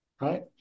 right